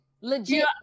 Legit